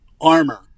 armor